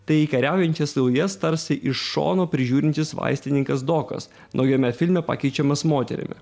tai kariaujančias gaujas tarsi iš šono prižiūrintis vaistininkas dokas naujame filme pakeičiamas moterimi